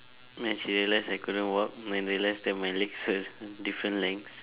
mad she realize I couldn't walk mine realize that my legs hurt different lengths